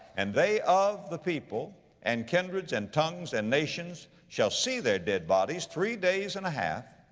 and they of the people and kindreds and tongues and nations shall see their dead bodies three days and a half,